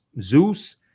Zeus